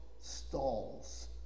stalls